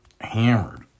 hammered